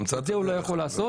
את זה הוא לא יכול לעשות.